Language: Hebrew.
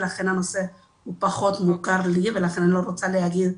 ולכן הנושא הוא פחות מוכר לי ולכן אני לא רוצה להגיד.